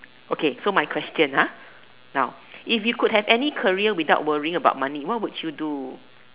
okay so my question ah now if you could have any career without worrying about money what would you do